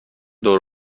دور